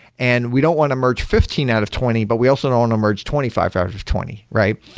and we don't want to merge fifteen out of twenty. but we also don't want to merge twenty five out of twenty, right?